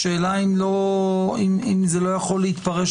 השאלה אם זה לא יכול להתפרש,